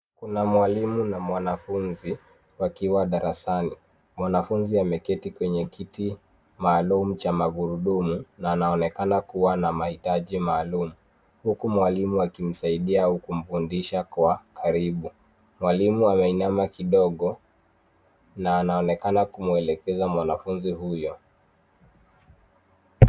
Kuna mwalimu na mwanafunzi wakiwa darasani. Mwanafunzi ameketi kwenye kiti maalum cha magurudumu na anaonekana kuwa na mahitaji maalum huku mwalimu akimsaidia au kumfundisha kwa karibu. Mwalimu ameinama kidogo na anaonekana kumwelekeza mwanafunzi huyo.